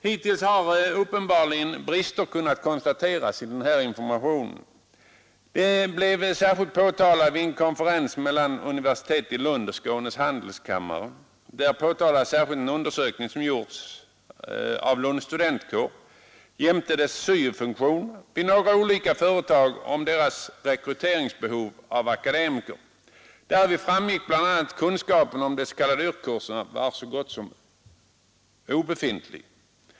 Hittills har uppenbarligen brister kunnat konstateras i den här informationen. Det blev särskilt påtalat vid en konferens mellan universitetet i Lund och Skånes handelskammare. Där berördes särskilt en undersökning som gjorts av Lunds studentkår jämte dess SYO-funktion vid några olika företag rörande deras rekryteringsbehov av akademiker. Därvid framgick bl.a. att kunskapen om de s.k. YRK-kurserna var så gott som obefintlig.